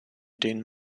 den